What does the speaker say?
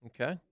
Okay